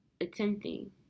attempting